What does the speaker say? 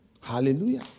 hallelujah